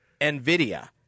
NVIDIA